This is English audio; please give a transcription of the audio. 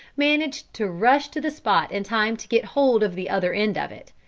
managed to rush to the spot in time to get hold of the other end of it.